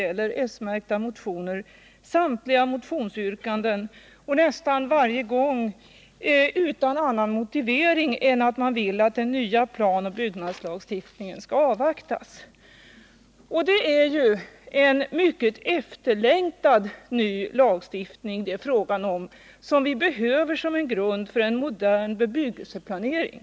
gäller s-märkta motioner — samtliga motionsyrkanden, och nästan varje gång utan annan motivering än att man vill att den nya planoch byggnadslagstiftningen skall avvaktas. Det är en mycket efterlängtad ny lagstiftning som det här är fråga om — en lagstiftning som vi behöver som en grund för en modern bebyggelseplanering.